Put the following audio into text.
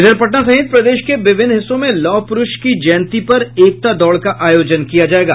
इधर पटना सहित प्रदेश के विभिन्न हिस्सों में लौह पुरूष की जयंती पर एकता दौड़ का आयोजन किया जायेगा